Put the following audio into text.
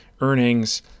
earnings